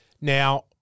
Now